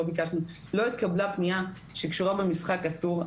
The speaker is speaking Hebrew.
לא התקבלה פניה שקשורה במשחק אסור,